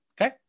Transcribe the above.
Okay